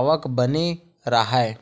आवक बने राहय